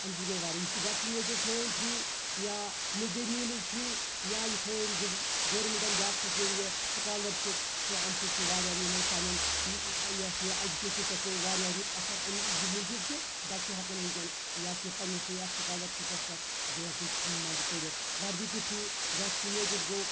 اَمہِ سۭتۍ گٔے واریاہ یُس یہِ ویٚکسِنیٹڑ تھوٚو أمۍ فری یا مِڈ ڈے میٖلٕز فری یا یہِ تھوٚو أمۍ گورمیٚنٛٹن باقٕے سکیٖم یہِ سکالرشپ تہٕ اَمہِ سۭتۍ چھُ واریاہ یِمن سانٮ۪ن یہِ ہسا یہِ ایٚجُوکیٚشن پٮ۪ٹھ پیٚوو واریاہ رُت اَثر اَمیُک یہِ موٗجوٗب کہِ بَچہٕ چھُ ہیٚکان وُنٛکیٚن یہِ سا یہِ پَنٕنِس یَتھ سِکالَرشِپس پٮ۪ٹھ برۄنٛہہ کُن مان ژٕ پٔرِتھ وۄنۍ یِتُھے ویٚکسِنیٹڈ گوٚو